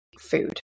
food